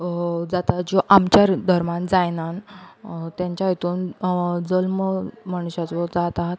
जाता ज्यो आमच्या रि धर्मान जायना तेंच्या हितून जल्म मनशाचो जाता